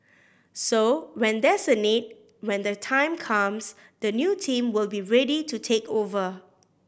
so when there's a need when the time comes the new team will be ready to take over